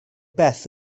beth